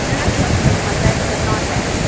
ڈِنرَس مَنٛز تہِ میٚلہِ یِمَن ویٚج تہٕ نان ویٚج